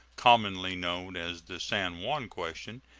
commonly known as the san juan question,